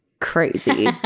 crazy